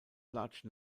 large